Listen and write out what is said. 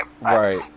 right